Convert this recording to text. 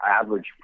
average